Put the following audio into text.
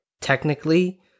technically